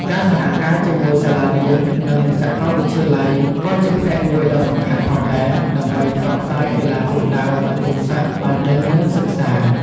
ការសហការជាមួយសាលារៀន និងសកលវិទ្យាល័យក៏ជាផ្នែកមួយដ៏សំខាន់ផងដែរ ដើម្បីផ្សព្វផ្សាយកីឡាគុនដាវអោយកូនសិស្សបានដឹង និងសិក្សា។